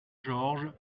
georges